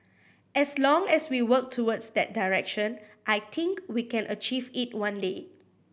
as long as we work towards that direction I think we can achieve it one day